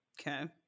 Okay